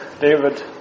David